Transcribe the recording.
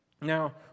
Now